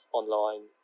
online